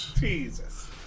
Jesus